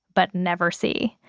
but never see.